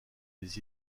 les